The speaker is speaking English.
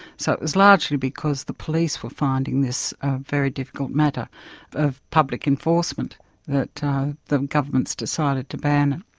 so it was largely because the police were finding this a very difficult matter of public enforcement that the governments decided to ban